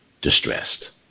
distressed